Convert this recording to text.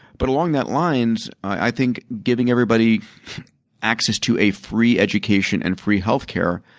but, along that lines i think giving everybody access to a free education and free healthcare,